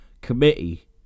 committee